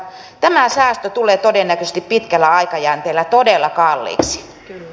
tämä säästö tulee todennäköisesti pitkällä aikajänteellä todella kalliiksi